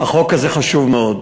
החוק הזה חשוב מאוד,